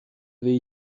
avait